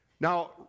Now